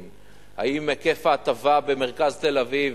כתנאי לאישור תוכניות,